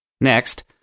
Next